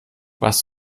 was